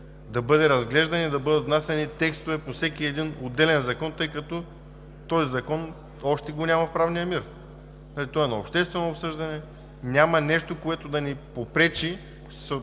да бъде разглеждан и да бъдат внасяни текстове по всеки един отделен закон, тъй като този закон още го няма в правния мир, той е на обществено обсъждане. Няма нещо, което да ни попречи,